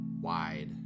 wide